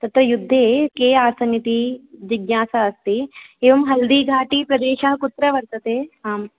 तत्र युद्धे के आसन् इति जिज्ञासा अस्ति एवं हल्दिघाटीप्रदेशः कुत्र वर्तते आम्